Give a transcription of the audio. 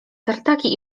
tartaki